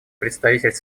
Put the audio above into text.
представитель